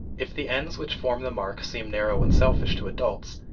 if the ends which form the mark seem narrow and selfish to adults,